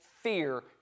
fear